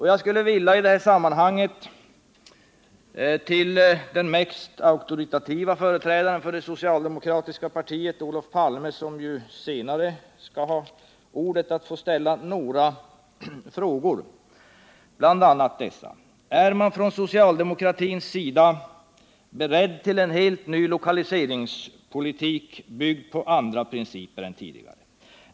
Jag skulle i detta sammanhang till den mest auktoritativa företrädaren för det socialdemokratiska partiet, Olof Palme, som ju senare skall ha ordet, vilja ställa några frågor, bl.a. dessa: Är ni på socialdemokratisk sida beredda till en helt ny lokaliseringspolitik, byggd på andra principer än de tidigare?